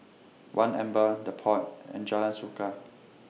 one Amber The Pod and Jalan Suka